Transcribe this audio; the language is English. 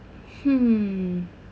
hmm